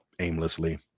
aimlessly